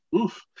oof